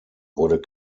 wurde